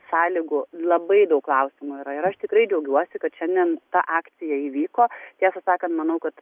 sąlygų labai daug klausimų yra ir aš tikrai džiaugiuosi kad šiandien ta akcija įvyko tiesą sakant manau kad